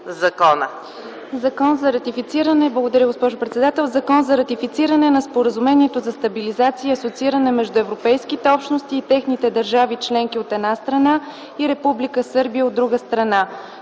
за ратифициране на Споразумението за стабилизиране и асоцииране между Европейските общности и техните държави членки, от една страна, и Република Сърбия, от друга страна.